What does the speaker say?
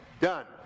done